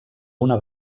una